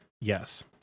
Yes